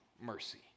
mercy